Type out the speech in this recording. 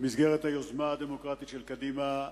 במסגרת היוזמה הדמוקרטית של קדימה,